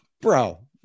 bro